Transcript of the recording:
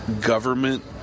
government